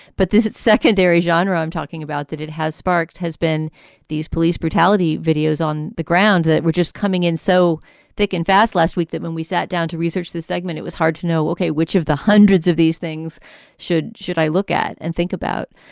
but this is a secondary genre. i'm talking about that. it has sparked has been these police brutality videos on the ground that were just coming in so thick and fast last week that when we sat down to research this segment, it was hard to know, ok, which of the hundreds of these things should should i look at and think about?